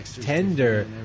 tender